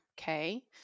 okay